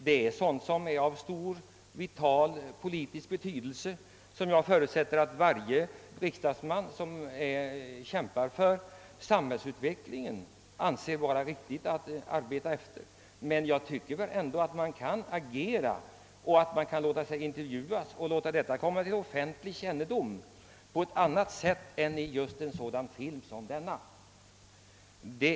Det är sådant som är av vital politisk betydelse och som jag förutsätter att varje riksdagsman som kämpar för samhällsutvecklingen anser riktigt att ta upp. Det är inget att säga om detta, även om herr Palmes åsikter kan diskuteras. Det går väl ändå att låta sina åsikter komma till offentlig kännedom utan att agera i en sådan film som denna.